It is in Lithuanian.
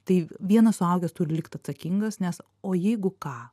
tai vienas suaugęs turi likt atsakingas nes o jeigu ką